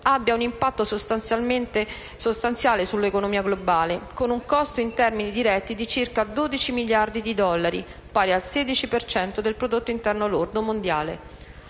abbia un impatto sostanziale sull'economia globale, con un costo in termini diretti di circa 12.000 miliardi di dollari, pari al 16 per cento del prodotto interno lordo mondiale.